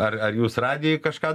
ar ar jūs radijuj kažką